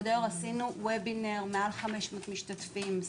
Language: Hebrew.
עשינו וובינר מעל כ-500 משתתפים,